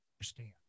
understand